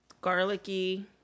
Garlicky